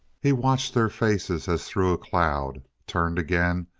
he watched their faces as through a cloud, turned again,